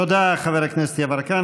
תודה, חבר הכנסת יברקן.